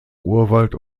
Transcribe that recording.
urwald